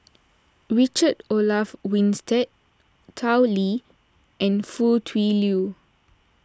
Richard Olaf Winstedt Tao Li and Foo Tui Liew